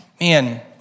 Man